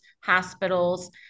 hospitals